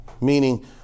Meaning